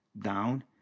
down